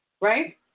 Right